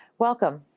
welcome.